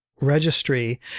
registry